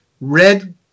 red